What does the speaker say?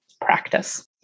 practice